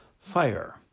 fire